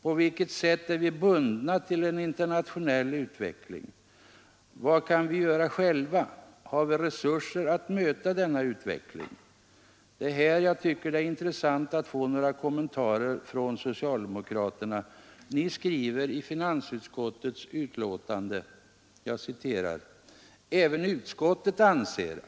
På vilka sätt är vi bundna till en internationell utveckling? Vad kan vi göra själva? Har vi resurser att möta denna utveckling? Det är här jag tycker att det är intressant att få några kommentarer från socialdemokraterna. Ni skriver i finansutskottets betänkande.